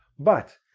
but,